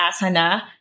asana